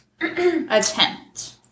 Attempt